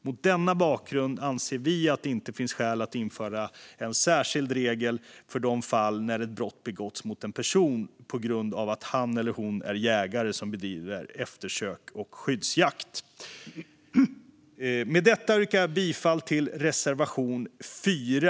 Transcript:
Mot denna bakgrund anser vi att det inte finns skäl att införa en särskild regel för de fall när ett brott begåtts mot en person på grund av att han eller hon är jägare som bedriver eftersök och skyddsjakt. Med detta yrkar jag bifall till reservation 4.